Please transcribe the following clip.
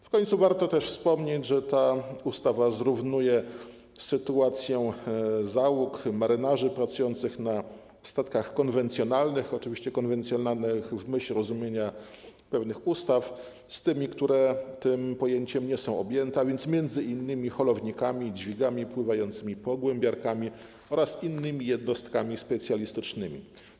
W końcu warto też wspomnieć, że ta ustawa zrównuje sytuację załóg, marynarzy pracujących na statkach konwencjonalnych - oczywiście konwencjonalnych w myśl rozumienia pewnych ustaw - z tymi, którzy tym pojęciem nie są objęci, a więc m.in. pracujących na holownikach, dźwigach pływających, pogłębiarkach oraz innych jednostkach specjalistycznych.